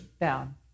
down